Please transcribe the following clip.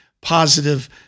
positive